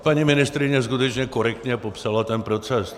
Paní ministryně skutečně korektně popsala ten proces.